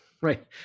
right